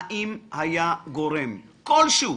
האם היה גורם כלשהו,